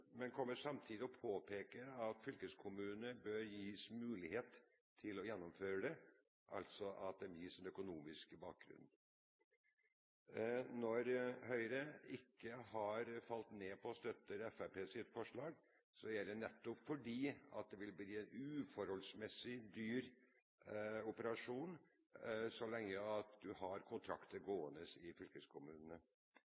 men vil samtidig påpeke at fylkeskommunene bør gis mulighet til å gjennomføre det, altså at de gis økonomisk mulighet. Når Høyre ikke har falt ned på og støtter Fremskrittspartiets forslag, er det nettopp fordi det vil bli en uforholdsmessig dyr operasjon så lenge man har kontrakter